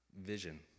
vision